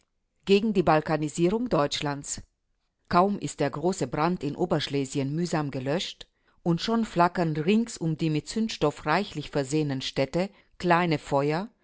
gegen die balkanisierung deutschlands kaum ist der große brand in oberschlesien mühsam gelöscht und schon flackern rings um die mit zündstoff reichlich versehenen städte kleine feuer